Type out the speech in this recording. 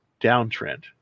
downtrend